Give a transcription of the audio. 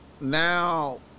Now